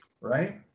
Right